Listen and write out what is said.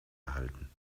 erhalten